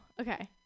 okay